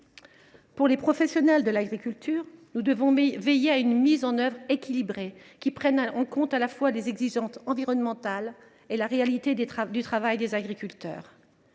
Pour les professionnels de l’agriculture, nous devons veiller à une mise en œuvre équilibrée qui prenne en compte à la fois les exigences environnementales et la réalité du travail des agriculteurs.